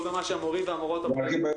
לא במה שהמורים והמורות עוברים.